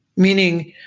meaning,